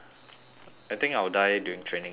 I think I will die during training later